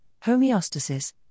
homeostasis